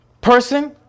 person